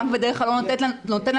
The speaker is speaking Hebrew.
והבנק בדרך כלל לא נותן לנו.